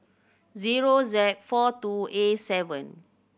zero Z four two A seven